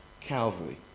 Calvary